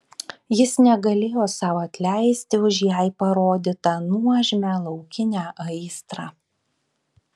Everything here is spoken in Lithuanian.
jis negalėjo sau atleisti už jai parodytą nuožmią laukinę aistrą